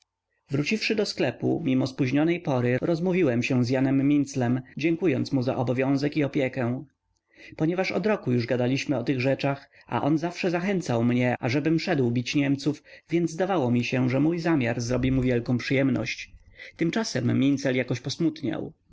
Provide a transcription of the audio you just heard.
kule wróciwszy do sklepu mimo spóźnionej pory rozmówiłem się z janem minclem dziękując mu za obowiązek i opiekę ponieważ od roku już gadaliśmy o tych rzeczach a on zawsze zachęcał mnie ażebym szedł bić niemców więc zdawało mi się że mój zamiar zrobi mu wielką przyjemność tymczasem mincel jakoś posmutniał